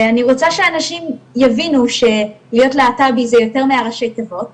ואני רוצה שאנשים יבינו שלהיות להט"בי זה יותר מהראשי תיבות,